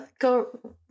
Go